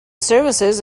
services